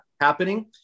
happening